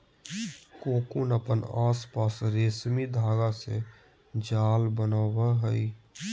cocoon अपन आसपास रेशमी धागा से जाल बनावय हइ